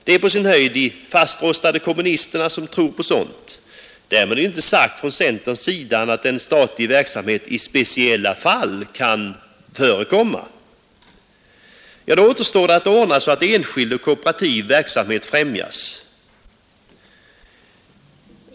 Det är på sin höjd de fastrostade kommunisterna som tror på sådant. Därmed är inte sagt från centerns sida annat än att statlig verksamhet i speciella fall kan förekomma. Då återstär att ordna så att enskild och kooperativ verksamhet främjas.